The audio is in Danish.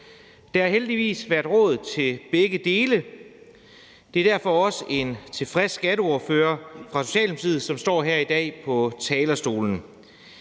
Der har heldigvis været råd til begge dele, og det er derfor også en tilfreds skatteordfører fra Socialdemokratiet, som her i dag står på talerstolen.